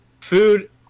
Food